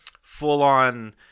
full-on